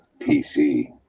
PC